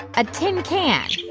a tin can.